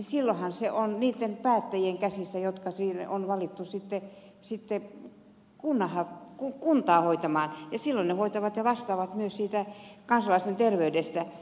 silloinhan se on niitten päättäjien käsissä jotka on sinne valittu kuntaa hoitamaan ja silloin he hoitavat ja vastaavat myös kansalaisten terveydestä